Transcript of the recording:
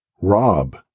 Rob